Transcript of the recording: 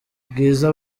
bwiza